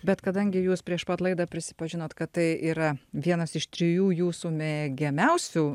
bet kadangi jūs prieš pat laidą prisipažinot kad tai yra vienas iš trijų jūsų mėgiamiausių